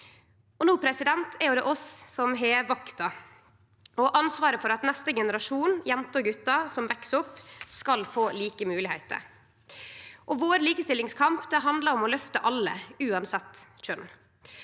har i dag. No er det oss som har vakta og ansvaret for at neste generasjon jenter og gutar som veks opp, skal få like moglegheiter. Likestillingskampen vår handlar om å løfte alle, uansett kjønn.